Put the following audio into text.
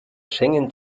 schengen